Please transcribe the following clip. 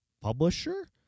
publisher